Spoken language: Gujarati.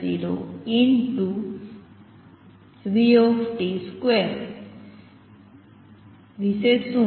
v2 વિશે શું